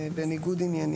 בניגוד עניינים.